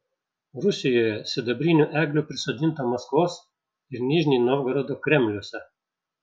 rusijoje sidabrinių eglių prisodinta maskvos ir nižnij novgorodo kremliuose